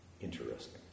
Interesting